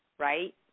right